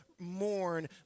mourn